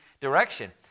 direction